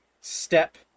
step